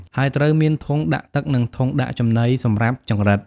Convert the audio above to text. ហើយត្រូវមានធុងដាក់ទឹក និងធុងដាក់ចំណីសម្រាប់ចង្រិត។